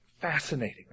fascinating